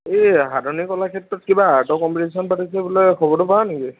এই সাধনী কলাক্ষেত্ৰত কিবা আৰ্টৰ কম্পিটিশ্যন পাতিছে বোলে খবৰটো পাও নেকি